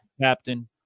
captain